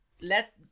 let